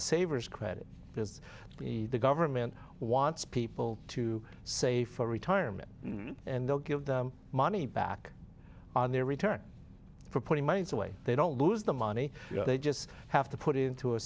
savers credit because the government wants people to say for retirement and they'll give the money back on their return for putting money away they don't lose the money they just have to put it into a